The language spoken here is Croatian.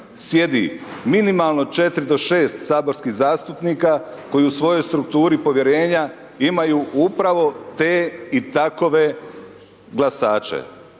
sjedi minimalno 4 do 6 saborskih zastupnika koji u svojoj strukturi povjerenja imaju upravo te i takve glasače,